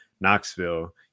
Knoxville